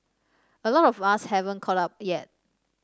a lot of us haven't caught up yet